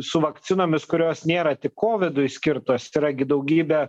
su vakcinomis kurios nėra tik kovidui skirtos yra gi daugybė